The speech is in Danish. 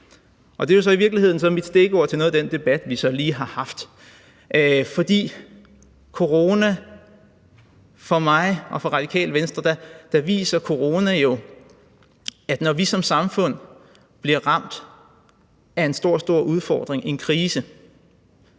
Det er jo så i virkeligheden mit stikord til noget af den debat, vi lige har haft, for for Radikale Venstre og for mig viser coronaen jo, at når vi som samfund bliver ramt af en meget store udfordring, en krise,